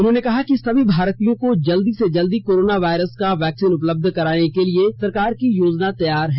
उन्होंने कहा कि सभी भारतीयों को जल्दी से जल्दी कोरोना वायरस का वैक्सीन उपलब्ध कराने के लिए सरकार की योजना तैयार है